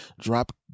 drop